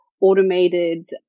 automated